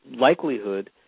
likelihood